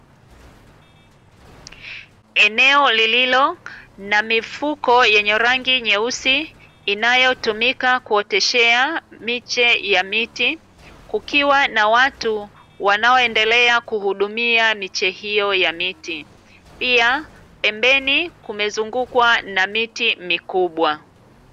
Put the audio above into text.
Eneo lililo na mifuko yenye rangi nyeusi inayotumika kuoteshea miche ya miti, kukiwa na watu wanaoendelea kuhudumia miche hiyo ya miti. Pia, pembeni kumezungukwa na miti mikubwa.